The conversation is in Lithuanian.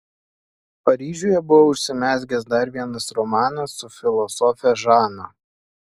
paryžiuje buvo užsimezgęs dar vienas romanas su filosofe žana